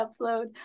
upload